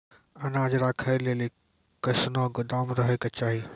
अनाज राखै लेली कैसनौ गोदाम रहै के चाही?